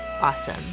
awesome